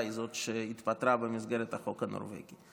היא זאת שהתפטרה במסגרת החוק הנורבגי.